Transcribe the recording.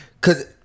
cause